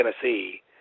Tennessee